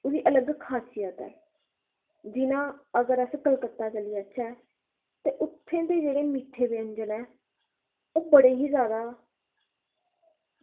ओह्दी अलग खासियत ऐ जि'यां अगर अस कलकत्ता चली जाचै ते उत्थै दे जेह्ड़े मिट्ठे व्यंजन ऐं ओह् बड़े ही जैदा